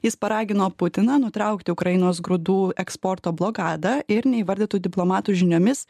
jis paragino putiną nutraukti ukrainos grūdų eksporto blokadą ir neįvardytų diplomatų žiniomis